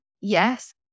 Yes